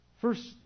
First